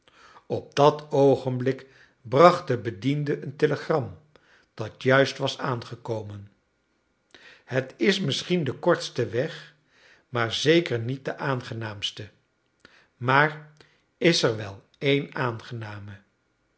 op dat oogenblik bracht de bediende een telegram dat juist was aangekomen het is misschien de kortste weg maar zeker niet de aangenaamste maar is er wel één aangename